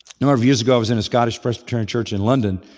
number of years ago i was in a scottish presbyterian church in london,